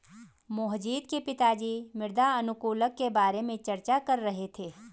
मोहजीत के पिताजी मृदा अनुकूलक के बारे में चर्चा कर रहे थे